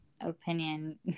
opinion